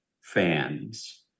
fans